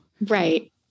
Right